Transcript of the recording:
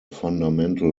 fundamental